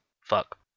Fuck